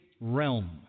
realm